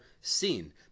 seen